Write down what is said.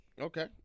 Okay